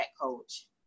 coach